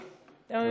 אתה מבין?